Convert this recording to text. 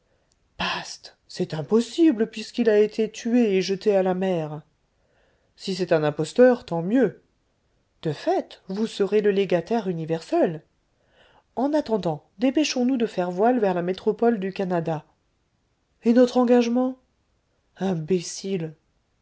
bast c'est impossible puisqu'il a été tué et jeté à la mer si c'est un imposteur tant mieux de fait vous serez le légataire universel en attendant dépêchons-nous de faire voile vers la métropole du canada et notre engagement imbécile